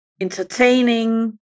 entertaining